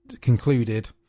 concluded